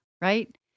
right